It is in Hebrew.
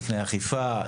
אכיפה,